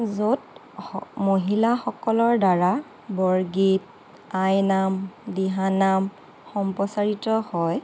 য'ত মহিলাসকলৰ দ্বাৰা বৰগীত আইনাম দিহানাম সম্প্ৰচাৰিত হয়